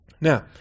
Now